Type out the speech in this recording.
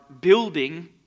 building